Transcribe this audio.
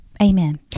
Amen